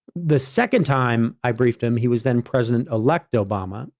the second time i briefed him, he was then president elect obama,